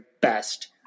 best